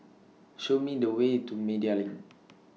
Show Me The Way to Media LINK